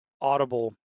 audible